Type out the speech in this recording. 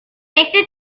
este